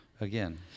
again